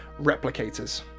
replicators